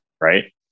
right